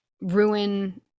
ruin